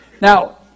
Now